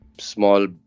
small